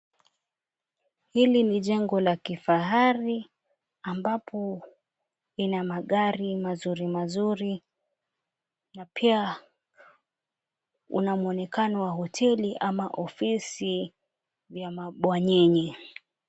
Hili ni jengo la kifahari ambapo ina magari mazuri mazuri na pia una muonekano wa hoteli ama ofisi ya mabwenyenye.